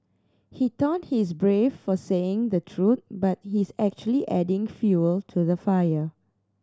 he thought he's brave for saying the truth but he's actually adding fuel to the fire